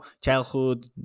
childhood